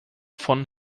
von